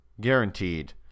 guaranteed